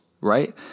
right